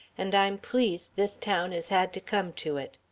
and i'm pleased this town has had to come to it.